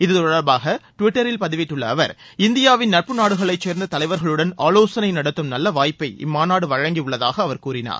இது தொடர்பாக டுவிட்டரில் பதிவிட்டுள்ள அவர் இந்தியாவின் நட்பு நாடுகளைச் சேர்ந்த தலைவர்களுடன் ஆலோசனை நடத்தும் நல்ல வாய்ப்பை இம்மாநாடு வழங்கியுள்ளதாக அவர் கூறினார்